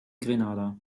grenada